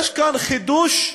יש חידוש,